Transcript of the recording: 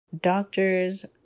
doctors